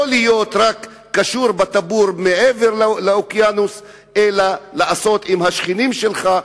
לא להיות קשור בטבור מעבר לאוקיינוס אלא לעשות עם השכנים שלך,